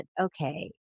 okay